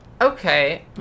Okay